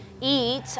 eat